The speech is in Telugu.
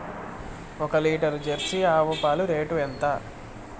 ఒక లీటర్ జెర్సీ ఆవు పాలు రేటు ఎంత?